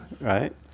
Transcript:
Right